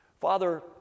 Father